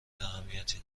اهمیتی